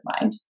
mind